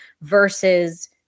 versus